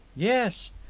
yes.